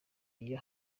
iyo